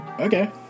Okay